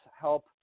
help